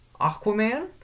Aquaman